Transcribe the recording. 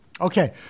Okay